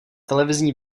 televizní